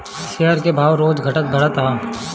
share के भाव रोज घटत बढ़त हअ